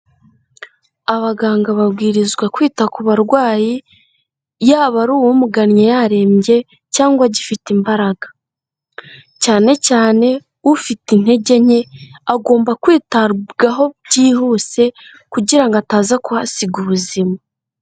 Abaganga babwirizwa kwita ku barwayi, yaba ari uwumugannye yarembye cyangwa agifite imbaraga, cyane cyane ufite intege nke agomba kwitabwaho byihuse kugira ngo ataza kuhasiga ubuzima.